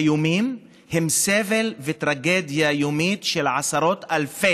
הפעם הראשונה שאני מטפל ונדרש לעניין של כביש 754